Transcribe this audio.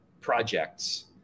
projects